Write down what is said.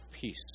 peace